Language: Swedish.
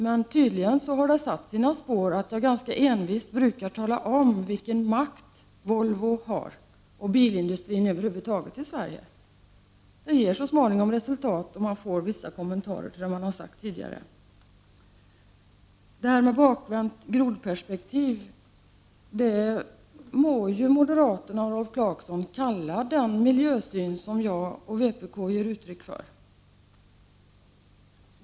Men tydligen har det satt sina spår att jag ganska envist brukar tala om vilken makt Volvo och bilindustrin över huvud taget har i Sverige. Det ger så småningom resultat, och man får höra vissa kommentarer till vad man har sagt. Ett bakvänt grodperspektiv må Rolf Clarkson och moderaterna kalla den miljösyn som jag och vpk ger uttryck för.